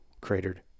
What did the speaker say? cratered